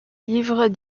livres